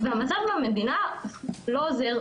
והמצב במדינה לא עוזר.